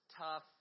tough